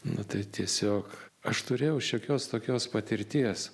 nu tai tiesiog aš turėjau šiokios tokios patirties